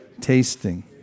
tasting